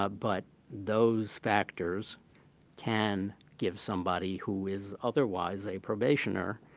ah but those factors can give somebody, who is otherwise a probationer,